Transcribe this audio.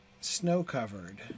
snow-covered